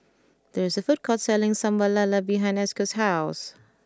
there is a food court selling Sambal Lala behind Esco's house